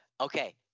okay